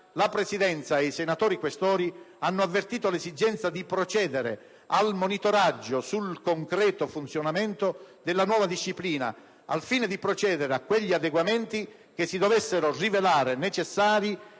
la Presidenza e i senatori Questori hanno avvertito l'esigenza di procedere al monitoraggio sul concreto funzionamento della nuova disciplina, al fine di procedere a quegli adeguamenti che si dovessero rivelare necessari